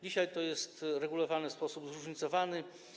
Dzisiaj to jest regulowane w sposób zróżnicowany.